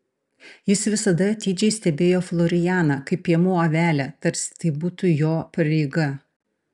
jis visada atidžiai stebėjo florianą kaip piemuo avelę tarsi tai būtų jo pareiga